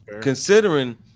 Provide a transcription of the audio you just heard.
Considering